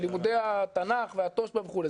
של לימודי התנ"ך והתושב"ע וכולי.